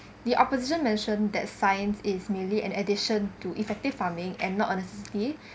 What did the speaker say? the opposition mentioned that science is merely an addition to effective farming and not a necessity